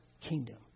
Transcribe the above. kingdom